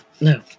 no